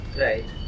Right